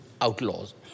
outlaws